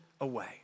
away